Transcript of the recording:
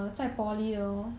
orh